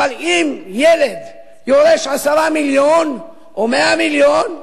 אבל אם ילד יורש 10 מיליון או 100 מיליון,